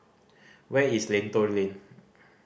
where is Lentor Lane